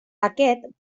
aquest